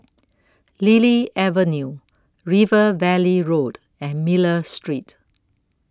Lily Avenue River Valley Road and Miller Street